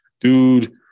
dude